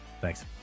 Thanks